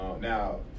Now